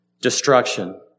destruction